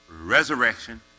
resurrection